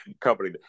company